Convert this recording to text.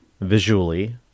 visually